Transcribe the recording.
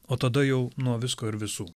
o tada jau nuo visko ir visų